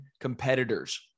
competitors